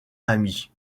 ami